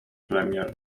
premier